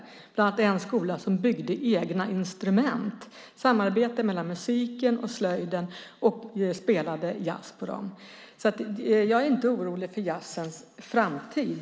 Jag besökte bland annat en skola som byggde egna instrument. Det var ett samarbete mellan musiken och slöjden, och de spelade jazz på instrumenten. Jag är alltså inte orolig för jazzens framtid.